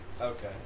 Okay